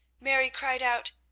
mary cried out,